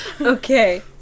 Okay